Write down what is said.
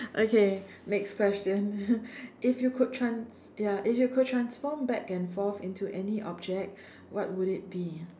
okay next question if you could trans~ ya if you could transform back and forth into any object what would it be